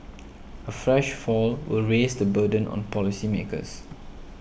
a fresh fall will raise the burden on policymakers